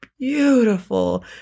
Beautiful